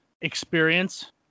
experience